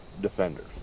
defenders